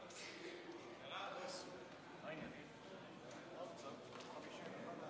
ההצבעה: 55 בעד,